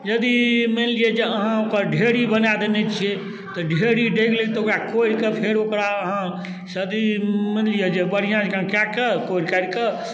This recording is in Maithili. यदि मानि लिअऽ जे अहाँ ओकर ढेरी बना देने छिए तऽ ढेरी ढहि गेलै तऽ वएह कोड़ि फेर ओकरा अहाँ सदी मानि लिअऽ जे बढ़िआँ जकाँ कऽ कऽ कोड़ि काड़िकऽ